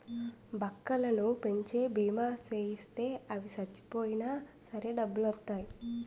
బక్కలను పెంచి బీమా సేయిత్తే అవి సచ్చిపోయినా సరే డబ్బులొత్తాయి